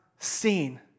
seen